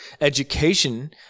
education